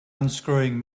unscrewing